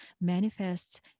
manifests